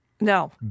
No